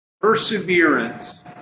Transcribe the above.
perseverance